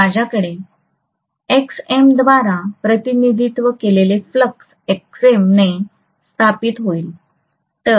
माझ्याकडे एक्सएम द्वारा प्रतिनिधित्व केलेले फ्लक्स Xm ने स्थापित होईल